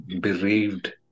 bereaved